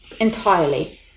entirely